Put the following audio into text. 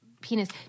penis